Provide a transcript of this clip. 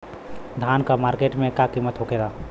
धान क मार्केट में का कीमत होखेला?